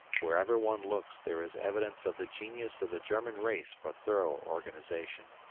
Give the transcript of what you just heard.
wherever one looks there is evidence of the genius of the german race for thorough organization.